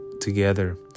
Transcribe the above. together